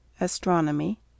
Astronomy